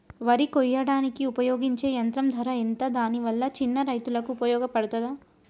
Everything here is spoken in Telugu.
వరి కొయ్యడానికి ఉపయోగించే యంత్రం ధర ఎంత దాని వల్ల చిన్న రైతులకు ఉపయోగపడుతదా?